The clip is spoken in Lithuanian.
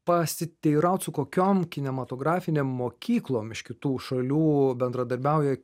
pasiteiraut su kokiom kinematografinėm mokyklom iš kitų šalių bendradarbiauja